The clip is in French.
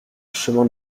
chemin